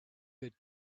could